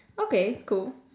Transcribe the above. okay cool